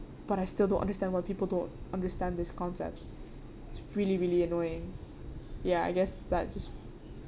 but I still don't understand why people don't understand this concept it's really really annoying ya I guess that just